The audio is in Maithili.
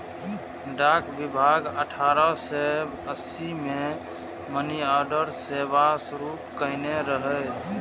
डाक विभाग अठारह सय अस्सी मे मनीऑर्डर सेवा शुरू कयने रहै